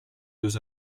deux